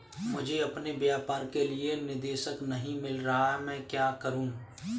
मुझे अपने व्यापार के लिए निदेशक नहीं मिल रहा है मैं क्या करूं?